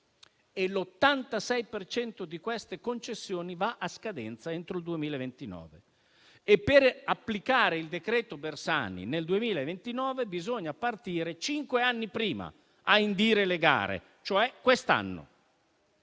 cento di queste concessioni va a scadenza entro il 2029; per applicare il decreto Bersani nel 2029, bisogna partire cinque anni prima a indire le gare, e cioè quest'anno.